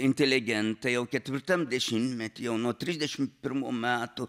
inteligentai jau ketvirtam dešimtmety jau nuo trisdešimt pirmų metų